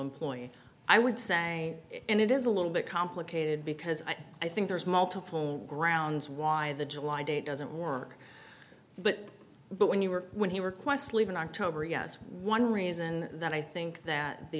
employee i would say and it is a little bit complicated because i think there's multiple grounds why the july date doesn't work but but when you were when he requests leave in october yes one reason that i think that the